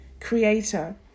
Creator